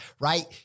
right